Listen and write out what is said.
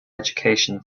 education